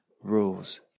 rules